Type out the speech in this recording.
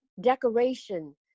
decoration